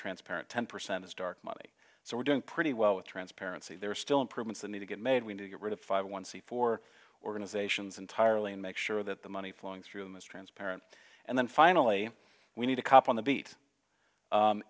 transparent ten percent is dark money so we're doing pretty well with transparency there are still improvements that need to get made we need to get rid of five one c four organizations entirely and make sure that the money flowing through most transparent and then finally we need a cop on the bea